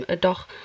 doch